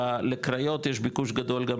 לקריות יש ביקוש גדול,